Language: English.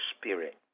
spirit